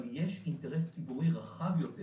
אבל יש אינטרס ציבורי רחב יותר